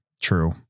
true